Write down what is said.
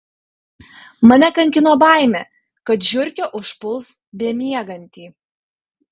mane kankino baimė kad žiurkė užpuls bemiegantį